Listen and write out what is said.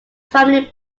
family